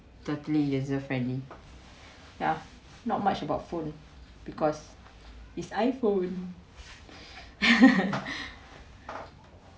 totally user friendly ya not much about phone because his I_phone